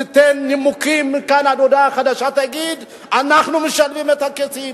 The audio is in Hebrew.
תיתן נימוקים מכאן עד הודעה חדשה ותגיד: אנחנו משלמים לקייסים,